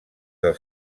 del